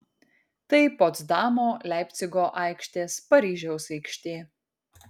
tai potsdamo leipcigo aikštės paryžiaus aikštė